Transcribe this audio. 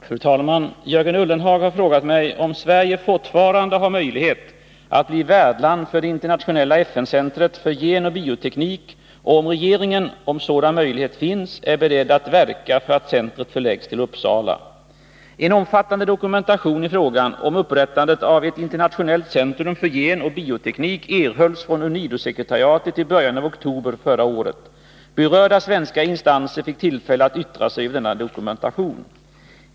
Fru talman! Jörgen Ullenhag har frågat mig om Sverige fortfarande har möjlighet att bli värdland för det internationella FN-centret för genoch bioteknik och om regeringen, ifall sådan möjlighet finns, är beredd att verka för att centret förläggs till Uppsala. En omfattande dokumentation i frågan om upprättandet av ett internationellt centrum för genoch bioteknik erhölls från UNIDO-sekretariatet i början av oktober förra året. Berörda svenska instanser fick tillfälle att yttra sig över denna dokumentation.